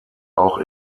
auch